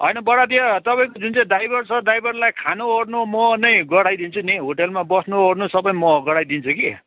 होइन बडा त्यो तपाईँको जुन चाहिँ ड्राइभर छ ड्राइभरलाई खानुओर्नु म नै गराइदिन्छु नि होटेलमा बस्नुओर्नु सबै म गराइदिन्छु कि